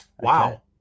Wow